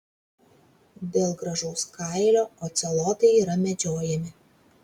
dėl gražaus kailio ocelotai yra medžiojami